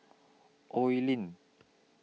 Oi Lin